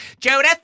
Judith